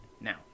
Now